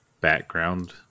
background